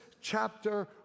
chapter